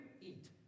eat